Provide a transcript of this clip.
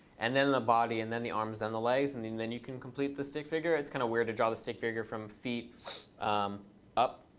and then the body, and then the arms, then the legs. and and then you can complete the stick figure. it's kind of weird to draw the stick figure from feet up.